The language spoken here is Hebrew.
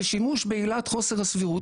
ושימוש בעילת חוסר הסבירות,